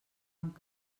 amb